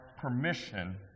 permission